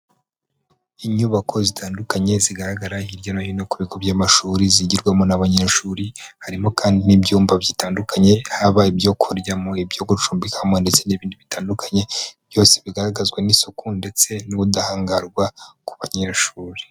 Inyubako zitandukanye zigaragara hirya no hino ku bigo by'amashuri zigirwamo n'abanyeshuri. Harimo kandi n'ibyumba bitandukanye haba ibyokuryamo ibyogucumbikamo ndetse n'ibindi bitandukanye. Byose bigaragazwa n'isuku ndetse n'ubudahangarwa ku banyeshuri.